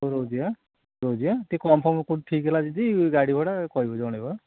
ହୋଉ ରହୁଛି ରହୁଛି ଟିକେ କନଫର୍ମ୍ କେଉଁଠି ଠିକ୍ ହେଲା ଯଦି ଗାଡ଼ି ଭଡ଼ା କହିବ ଜଣାଇବା